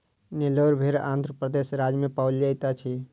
नेल्लोर भेड़ आंध्र प्रदेश राज्य में पाओल जाइत अछि